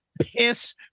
Piss